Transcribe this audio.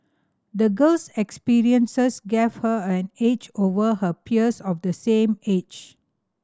the girl's experiences gave her an edge over her peers of the same age